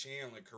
Chandler